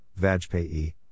Vajpayee